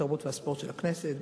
התרבות והספורט של הכנסת,